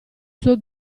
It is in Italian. suo